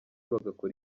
bagakora